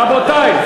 רבותי,